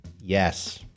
Yes